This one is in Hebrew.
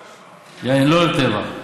יעני, לא על טבע.